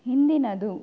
ಹಿಂದಿನದು